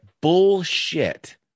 Bullshit